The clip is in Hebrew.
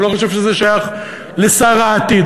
אני לא חושב שזה שייך לשר העתיד,